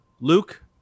Luke